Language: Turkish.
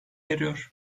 eriyor